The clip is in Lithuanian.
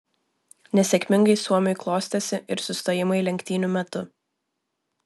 nesėkmingai suomiui klostėsi ir sustojimai lenktynių metu